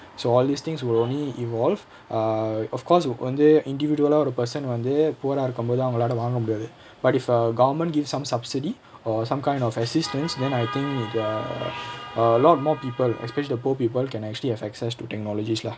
so all these things will only evolve err of course uh வந்து:vanthu individual ah ஒரு:oru person வந்து:vanthu poor ah இருக்கும் போது அவங்களால வாங்க முடியாது:irukkum pothu avangalaala vaanga mudiyaathu but if uh government give some subsidy or some kind of assistance then I think if their a lot more people especially the old people have access to technologies lah